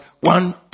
One